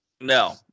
No